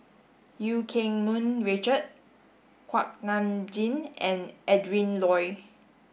Eu Keng Mun Richard Kuak Nam Jin and Adrin Loi